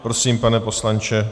Prosím, pane poslanče.